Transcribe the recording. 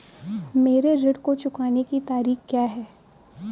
मेरे ऋण को चुकाने की तारीख़ क्या है?